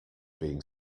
being